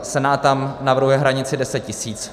Senát tam navrhuje hranici 10 tisíc.